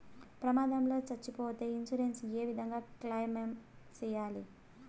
ప్రమాదం లో సచ్చిపోతే ఇన్సూరెన్సు ఏ విధంగా క్లెయిమ్ సేయాలి?